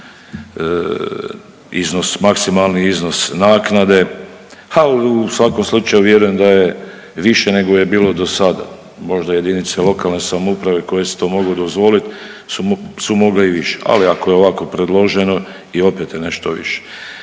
maksimalni iznos naknade. U svakom slučaju vjerujem da je više nego je bilo do sada. Možda jedinice lokalne samouprave koje si to mogu dozvoliti su mogle i više. Ali ako je ovako predloženo i opet je nešto više.